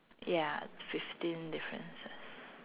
ya fifteen differences